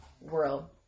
world